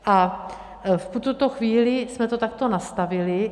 A v tuto chvíli jsme to takto nastavili.